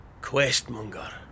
questmonger